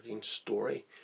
story